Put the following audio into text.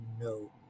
no